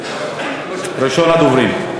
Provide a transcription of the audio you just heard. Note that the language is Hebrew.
ראשון הדוברים.